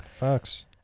Fucks